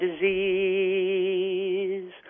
disease